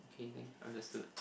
okay then understood